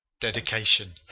Dedication